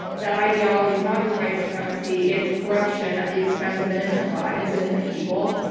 that ideology is not just white supremacy, it's corruption at the expense of innocent lives, innocent people.